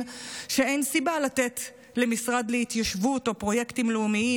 שאין סיבה לתת למשרד להתיישבות או פרויקטים לאומיים